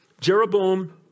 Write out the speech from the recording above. Jeroboam